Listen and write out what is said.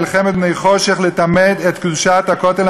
מלחמת בני חושך,